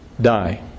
die